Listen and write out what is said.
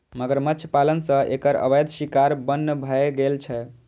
मगरमच्छ पालन सं एकर अवैध शिकार बन्न भए गेल छै